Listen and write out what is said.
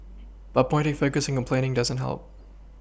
but pointing fingers and complaining doesn't help